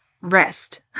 rest